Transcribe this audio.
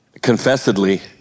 confessedly